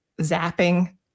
zapping